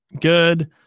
good